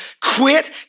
Quit